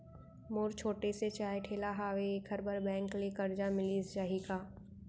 मोर छोटे से चाय ठेला हावे एखर बर बैंक ले करजा मिलिस जाही का?